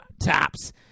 tops